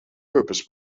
purpose